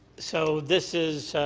so this is